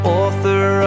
author